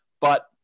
But-